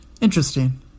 Interesting